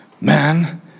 man